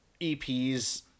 eps